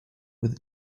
with